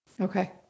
Okay